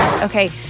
Okay